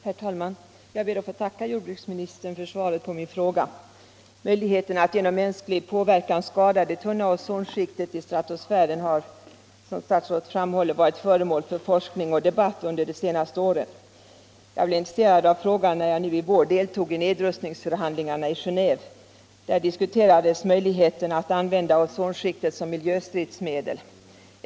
Herr talman! Jag ber att få tacka jordbruksministern för svaret på min fråga. Möjligheterna att genom mänsklig påverkan skada det tunna ozonskiktet i stratosfären har, som statsrådet framhåller, varit föremål för forskning och debatt under de senaste åren. Jag blev intresserad av frågan när jag nu under våren deltog i nedrustningsförhandlingarna i Geneve. Där diskuterades möjligheten att använda ozonskiktet som miljöstridsmedel.